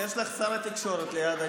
שר התקשורת לידך,